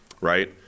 right